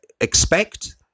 expect